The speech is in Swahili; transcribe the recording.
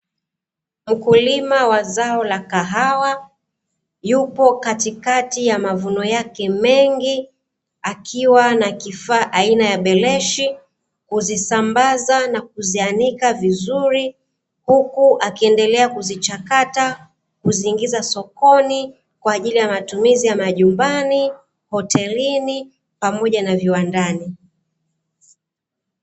Mkulima wa zao la kahawa yupo katikati ya mavuno yake mengi akiwa na kifaa aina ya beleshi kuzisambaza na kuanika vizuri, huku akiendelea kuzichakata na kuziingiza sokoni kwa ajili ya usimamizi ya nyumbani, hotelini pamoja na viwandani.